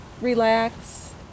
relax